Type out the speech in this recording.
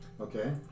Okay